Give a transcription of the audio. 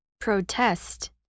protest